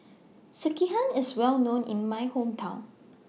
Sekihan IS Well known in My Hometown